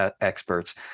experts